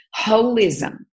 Holism